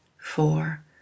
four